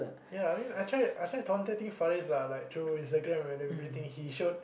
ya I mean I tried I tried taunted him for years lah through Instagram and everything lah he showed